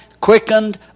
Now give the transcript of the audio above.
quickened